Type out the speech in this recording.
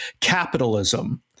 Capitalism